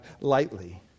lightly